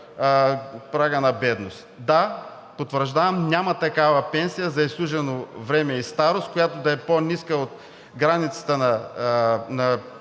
от прага на бедност. Да, потвърждавам – няма такава пенсия за изслужено време и старост, която да е по-ниска от границата на